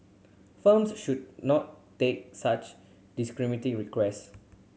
firms should not day such discriminatory requests